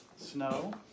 snow